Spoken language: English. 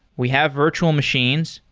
we have virtual machines.